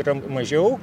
yra mažiau